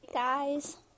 guys